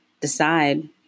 decide